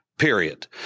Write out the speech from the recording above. Period